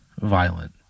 violent